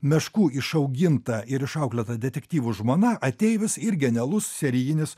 meškų išauginta ir išauklėta detektyvų žmona ateivis ir genialus serijinis